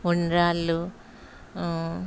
ఉండ్రాళ్ళు